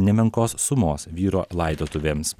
nemenkos sumos vyro laidotuvėms